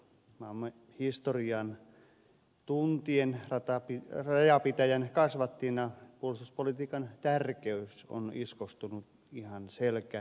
maamme historian tuntien rajapitäjän kasvattina puolustuspolitiikan tärkeys on iskostunut ihan selkäytimeen